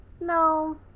No